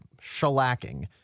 shellacking